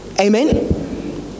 Amen